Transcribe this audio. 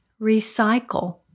Recycle